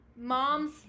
mom's